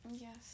yes